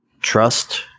trust